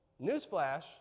Newsflash